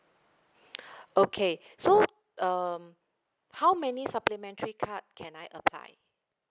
okay so um how many supplementary card can I apply